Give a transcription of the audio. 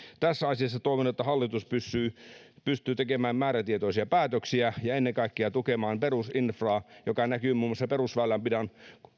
tässä asiassa toivon että hallitus pystyy tekemään määrätietoisia päätöksiä ja ennen kaikkea tukemaan perusinfraa joka näkyy muun muassa perusväylänpidon